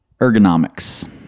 ergonomics